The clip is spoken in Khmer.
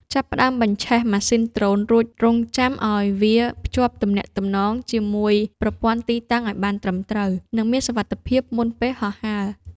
ចាប់ផ្ដើមបញ្ឆេះម៉ាស៊ីនដ្រូនរួចរង់ចាំឱ្យវាភ្ជាប់ទំនាក់ទំនងជាមួយប្រព័ន្ធទីតាំងឱ្យបានត្រឹមត្រូវ និង មានសុវត្ថិភាពមុនពេលហោះហើរ។